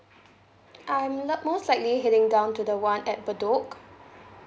I'm not most likely heading down to the [one] at bedok